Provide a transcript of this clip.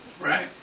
Right